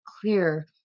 clear